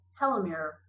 telomere